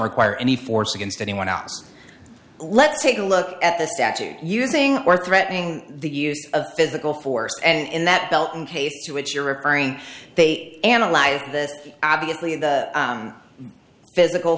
require any force against anyone else let's take a look at the statute using or threatening the use of physical force and in that belton case to which you're referring they analyze the obviously the physical